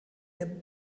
der